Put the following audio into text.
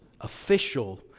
official